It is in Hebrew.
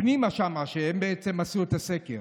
"פנימה", שהם בעצם עשו את הסקר.